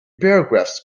paragraphs